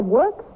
work